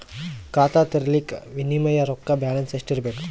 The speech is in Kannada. ಖಾತಾ ತೇರಿಲಿಕ ಮಿನಿಮಮ ರೊಕ್ಕ ಬ್ಯಾಲೆನ್ಸ್ ಎಷ್ಟ ಇರಬೇಕು?